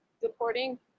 Supporting